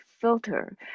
filter